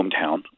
hometown